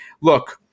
look